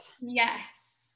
Yes